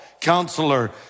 Counselor